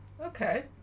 okay